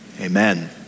amen